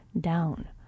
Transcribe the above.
down